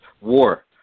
war